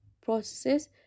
processes